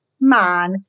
man